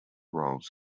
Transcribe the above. roles